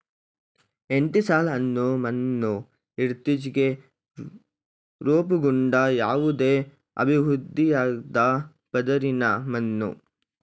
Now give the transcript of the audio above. entisol ಅನ್ನೋ ಮಣ್ಣು ಇತ್ತೀಚ್ಗೆ ರೂಪುಗೊಂಡ ಯಾವುದೇ ಅಭಿವೃದ್ಧಿಯಾಗ್ದ ಪದರಿನ ಮಣ್ಣು